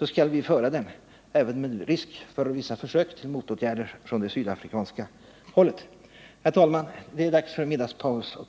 skall vi föra den även med risk för vissa försök till motåtgärder från det sydafrikanska hållet. Herr talman! Det är dags för middagspaus.